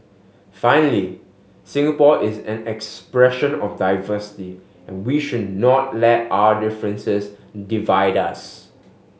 finally Singapore is an expression of diversity and we should not let our differences divide us